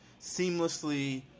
seamlessly